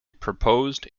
proposed